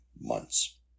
months